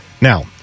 Now